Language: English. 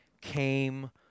came